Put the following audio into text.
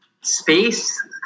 space